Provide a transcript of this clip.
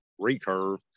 recurve